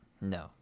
no